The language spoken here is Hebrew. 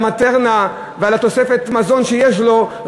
על הטיטולים ועל ה"מטרנה" ועל תוספת המזון שיש לו,